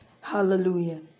Hallelujah